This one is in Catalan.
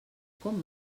com